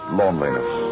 loneliness